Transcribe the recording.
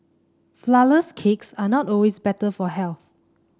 flourless cakes are not always better for health